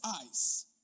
eyes